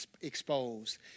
Exposed